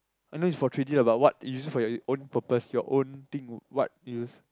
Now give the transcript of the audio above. I know is for three-d lah but what you use you use it your own purpose or what you use